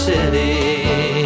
City